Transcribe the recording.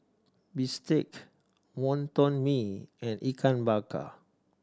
bistake Wonton Mee and Ikan Bakar